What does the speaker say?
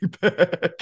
back